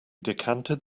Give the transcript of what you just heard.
decanted